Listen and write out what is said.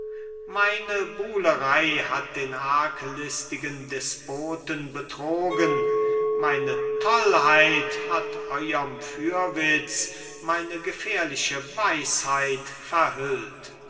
meine buhlerei hat den arglistigen despoten betrogen meine tollheit hat euerm fürwitz meine gefährliche weisheit verhüllt